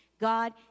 God